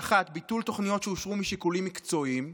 ביטול תוכניות שאושרו משיקולים מקצועיים,